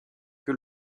que